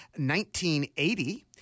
1980